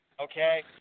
Okay